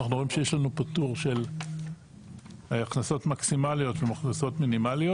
אנחנו רואים שיש לנו פה טור של הכנסות מקסימליות מול הכנסות מינימליות.